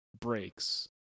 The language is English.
breaks